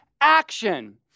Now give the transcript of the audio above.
action